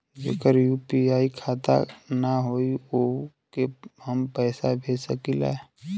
जेकर यू.पी.आई खाता ना होई वोहू के हम पैसा भेज सकीला?